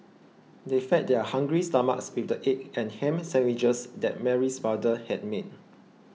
they fed their hungry stomachs with the egg and ham sandwiches that Mary's mother had made